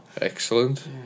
Excellent